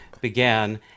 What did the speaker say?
began